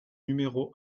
numéro